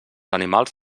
animals